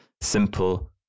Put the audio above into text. simple